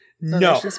No